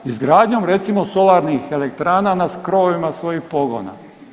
Izgradnjom recimo solarnih elektrana na krovovima svojih pogona.